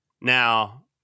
Now